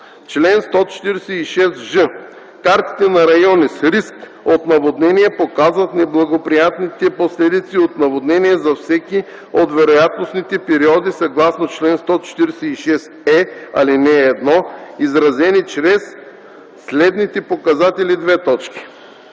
Чл. 146ж. Картите на районите с риск от наводнения показват неблагоприятните последици от наводнения за всеки от вероятностните периоди съгласно чл. 146е, ал. 1, изразени чрез следните показатели: 1.